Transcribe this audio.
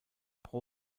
pro